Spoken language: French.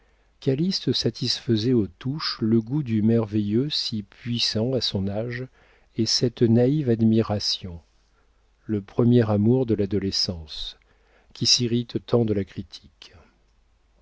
satisfaisait aux touches le goût du merveilleux si puissant à son âge et cette naïve admiration le premier amour de l'adolescence qui s'irrite tant de la critique